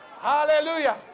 Hallelujah